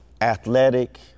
athletic